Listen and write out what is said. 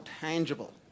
tangible